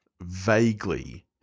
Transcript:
Vaguely